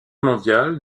mondial